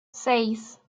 seis